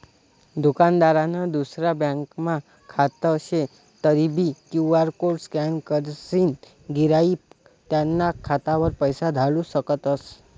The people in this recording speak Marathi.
दुकानदारनं दुसरा ब्यांकमा खातं शे तरीबी क्यु.आर कोड स्कॅन करीसन गिराईक त्याना खातावर पैसा धाडू शकतस